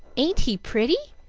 ain't he pretty?